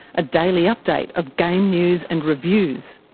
a daily update of game news and reviews.